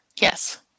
Yes